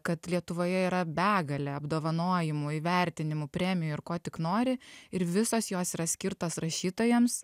kad lietuvoje yra begalė apdovanojimų įvertinimų premijų ir ko tik nori ir visos jos yra skirtos rašytojams